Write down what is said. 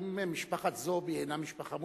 האם משפחת זועבי אינה משפחה מוסלמית?